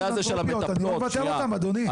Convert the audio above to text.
פעולות פילנתרופיות, אני לא מבטל אותן אדוני.